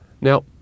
now